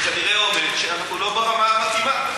זה כנראה אומר שאנחנו לא ברמה המתאימה.